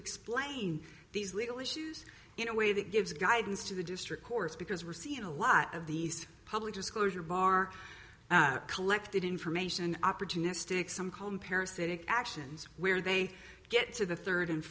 explain these legal issues in a way that gives guidance to the district courts because we're seeing a lot of these public disclosure bar collected information opportunistic some comb parasitic actions where they get to the third and